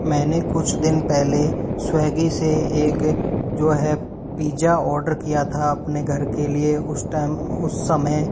मैंने कुछ दिन पहले स्वेगी से एक जो है पिज्जा ऑर्डर किया था अपने घर के लिए उस टाइम उस समय